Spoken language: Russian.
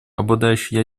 обладающие